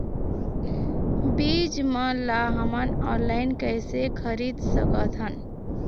बीज मन ला हमन ऑनलाइन कइसे खरीद सकथन?